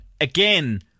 again